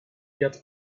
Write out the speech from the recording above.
get